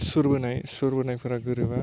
सुर बोनाय सुर बोनायफोरा गोरोबा